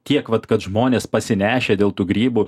tiek vat kad žmonės pasinešę dėl tų grybų